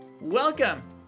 Welcome